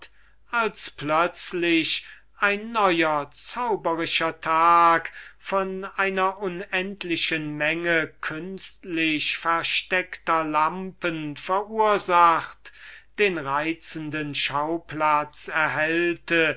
als plötzlich ein neuer zauberischer tag den eine unendliche menge künstlich versteckter lampen verursachte den reizenden schauplatz